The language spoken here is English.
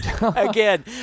again